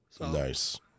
Nice